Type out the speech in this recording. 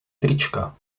trička